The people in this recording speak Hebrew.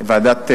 ועדה?